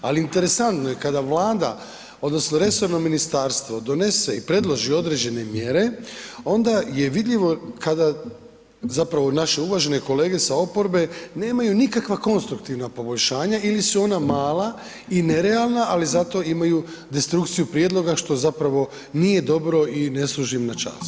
Ali interesantno je kada Vlada odnosno resorno ministarstvo donese i predloži određene mjere onda je vidljivo kada zapravo naše uvažene kolege sa oporbe nemaju nikakva konstruktivna poboljšanja ili su ona mala i nerealna, ali zato imaju destrukciju prijedloga što zapravo nije dobro i ne služi im na čast.